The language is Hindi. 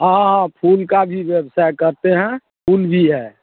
हाँ हाँ हाँ फूल का भी व्यवसाय करते हैं फूल भी है